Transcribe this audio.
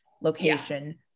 location